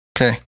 Okay